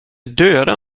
döda